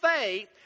faith